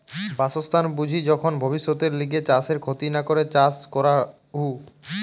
বাসস্থান বুঝি যখন ভব্যিষতের লিগে চাষের ক্ষতি না করে চাষ করাঢু